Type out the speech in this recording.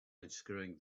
unscrewing